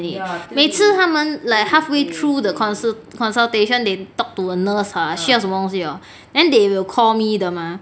每次他们 like halfway through the consultation they talk to a nurse 需要什么东西 hor then they will call me 的 mah